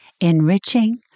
enriching